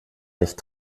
nicht